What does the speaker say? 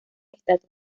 estatus